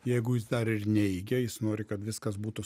jeigu jis dar ir neigia jis nori kad viskas būtų